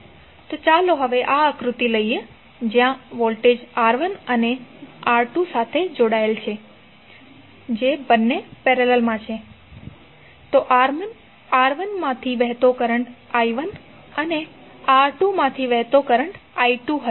તો ચાલો હવે આ આકૃતિ લઈએ જ્યાં વોલ્ટેજ R1 અને R2 સાથે જોડાયેલ છે જે બંને પેરેલલ છે તો R1 માથી વહેતો કરંટ i1 અને R2 માથી વહેતો કરંટ i2 હશે